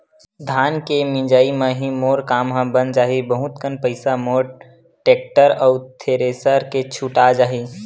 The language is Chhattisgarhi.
धान के मिंजई म ही मोर काम ह बन जाही बहुत कन पईसा मोर टेक्टर अउ थेरेसर के छुटा जाही